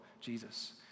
Jesus